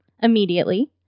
immediately